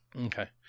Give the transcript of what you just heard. Okay